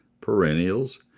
perennials